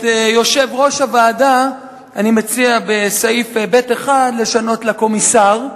את "יושב-ראש הוועדה" בסעיף (ב)(1) אני מציע לשנות ל"קומיסר",